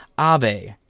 Abe